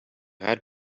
had